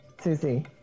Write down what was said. Susie